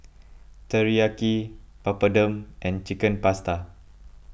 Teriyaki Papadum and Chicken Pasta